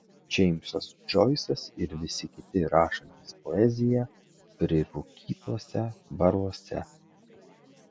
džeimsas džoisas ir visi kiti rašantys poeziją prirūkytuose baruose